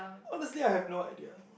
honestly I have no idea